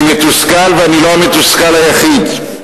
אני מתוסכל, ואני לא המתוסכל היחיד,